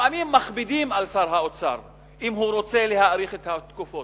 לפעמים מכבידים על שר האוצר אם הוא רוצה להאריך את התקופות.